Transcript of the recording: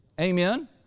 amen